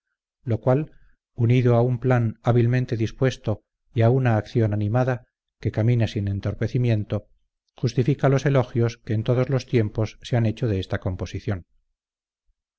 lo cual unido a un plan hábilmente dispuesto y a una acción animada que camina sin entorpecimiento justifica los elogios que en todos tiempos se han hecho de esta composición